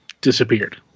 disappeared